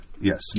Yes